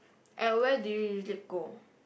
at where do you usually go